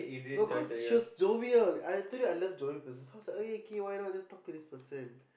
no cause she was jovial I told you I love jovial person so I was like okay why not just talk to this person